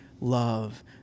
love